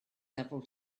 several